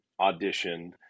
auditioned